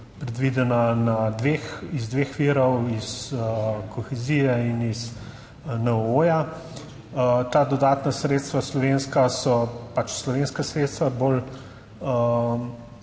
na dveh, iz dveh virov, iz kohezije in iz NOO. Ta dodatna sredstva, slovenska, so pač slovenska sredstva, bolj,